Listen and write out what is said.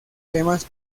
temas